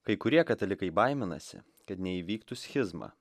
kai kurie katalikai baiminasi kad neįvyktų schizma